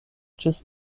ĝis